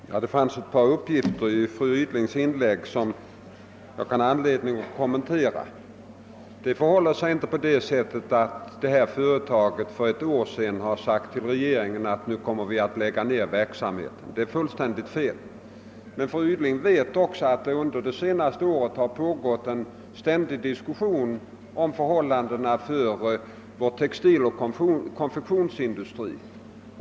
Herr talman! Det fanns ett par upp: gifter i fru Rydings inlägg som förans leder en kommentar. Det förhåller sig inte på det sättet att YFA för ett år sedan meddelade regeringen att företaget skulle komma att lägga ned sin verksamhet. Det är fullständigt fel. Fru Ryding vet också att det under det senaste året pågått en ständig diskussion om förhållandena för vår textiloch konfektionsindustri.